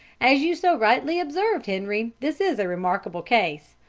as you so rightly observed, henri, this is a remarkable case.